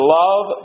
love